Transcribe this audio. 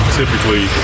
typically